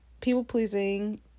people-pleasing